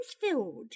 filled